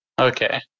okay